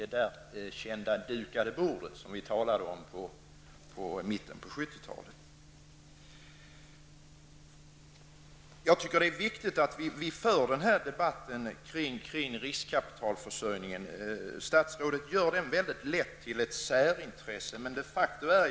Det är därför som vi aktualiserar dessa frågor om riskkapitalförsörjning för näringslivet. Det är viktigt att vi för denna debatt om riskkapitalförsörjningen. Statsrådet gör lättvindigt frågan om riskkapitalförsörjningen till ett särintresse.